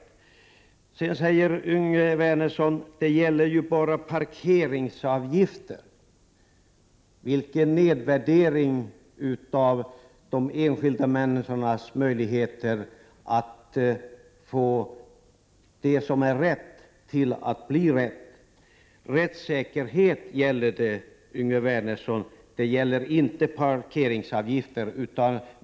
Dessutom säger Yngve Wernersson att det bara gäller parkeringsavgifter. Vilken nedvärdering av de enskilda människornas möjligheter att få det som är rätt till att bli rätt. Det gäller rättssäkerhet, Yngve Wernersson, inte parkeringsavgifter!